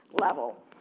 level